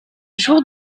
jour